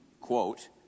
quote